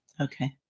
Okay